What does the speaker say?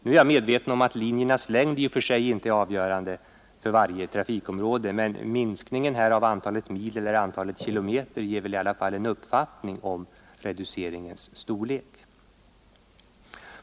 Jag är dock medveten om att linjernas längd inte i och för sig är avgörande för varje trafikområde, men minskningen i antalet mil eller kilometer ger väl ändå en uppfattning om reduceringens storlek.